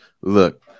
Look